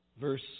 verse